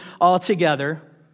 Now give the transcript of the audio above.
altogether